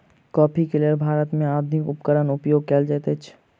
coffee के लेल भारत में आधुनिक उपकरण उपयोग कएल जाइत अछि